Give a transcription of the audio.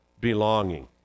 belonging